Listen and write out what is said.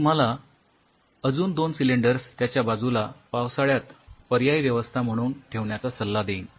मी तुम्हाला अजून दोन सिलेंडर्स त्यांच्या बाजूला पावसाळ्यात पर्यायी व्यवस्था म्हणून ठेवण्याचा सल्ला देईन